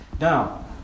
Now